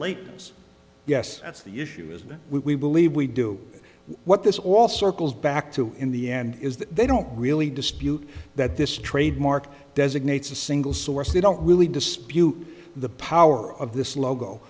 late yes that's the issue as we believe we do what this all circles back to in the end is that they don't really dispute that this trademark designates a single source they don't really dispute the power of this logo